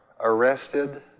arrested